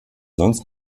sonst